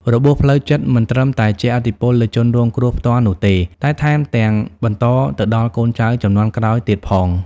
របួសផ្លូវចិត្តមិនត្រឹមតែជះឥទ្ធិពលលើជនរងគ្រោះផ្ទាល់នោះទេ តែថែមទាំងបន្តទៅដល់កូនចៅជំនាន់ក្រោយទៀតផង។